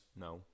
no